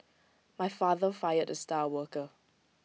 my father fired the star worker